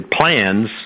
plans